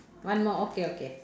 one more okay okay